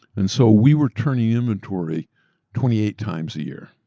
and so we were turning inventory twenty eight times a year.